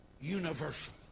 universal